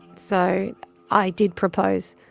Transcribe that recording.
so i did propose.